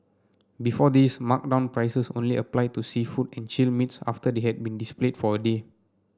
before this marked down prices only applied to seafood and chilled meats after they have been displayed for a day